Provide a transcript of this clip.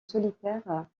solitaire